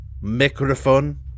microphone